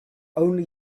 only